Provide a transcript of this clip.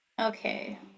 Okay